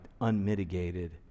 unmitigated